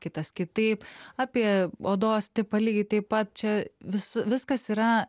kitas kitaip apie odos tipą lygiai taip pat čia vis viskas yra